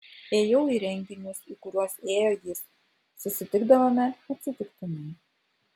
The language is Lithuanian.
ėjau į renginius į kuriuos ėjo jis susitikdavome atsitiktinai